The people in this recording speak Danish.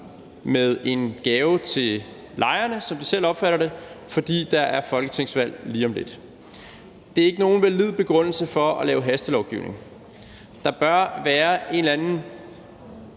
med en gave til lejerne – som de selv opfatter det – fordi der er et folketingsvalg lige om lidt. Det er ikke nogen valid begrundelse for at lave hastelovgivning. Der bør være en eller anden